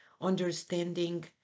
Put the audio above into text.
understanding